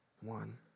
one